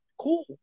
Cool